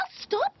stop